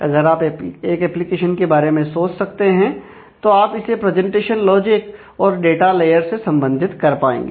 अगर आप एक एप्लीकेशन के बारे में सोच सकते हैं तो आप इसे प्रेजेंटेशन लॉजिक और डाटा लेयर से संबंधित कर पाएंगे